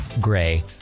Gray